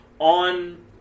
on